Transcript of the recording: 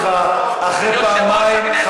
הכנסתי אותך אחרי פעמיים.